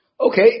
Okay